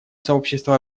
сообщество